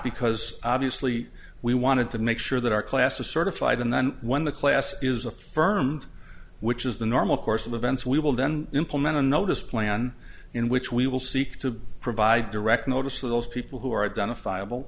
because obviously we wanted to make sure that our class a certified and then when the class is affirmed which is the normal course of events we will then implement a notice plan in which we will seek to provide direct notice of those people who are identifiable